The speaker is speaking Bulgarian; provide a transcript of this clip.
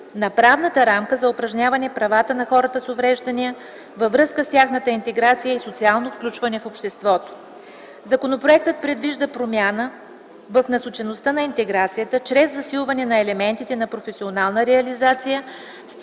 на правната рамка за упражняване правата на хората с увреждания във връзка с тяхната интеграция и социално включване в обществото. Законопроектът предвижда промяна в насочеността на интеграцията чрез засилване на елементите на професионална реализация